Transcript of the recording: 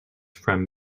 from